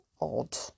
odd